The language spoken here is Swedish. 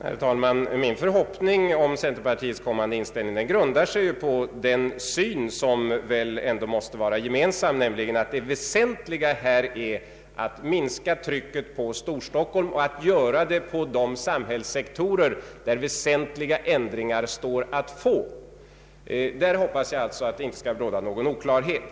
Herr talman! Min förhoppning om centerpartiets kommande inställning grundar sig på den syn som väl ändå måste vara gemensam, nämligen att det väsentliga är att minska trycket på Storstockholm och göra det på de samhällssektorer där väsentliga ändringar går att få. På den punkten hoppas jag alltså att det inte skall råda någon oklarhet.